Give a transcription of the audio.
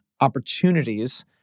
Opportunities